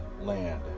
land